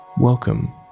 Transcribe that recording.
welcome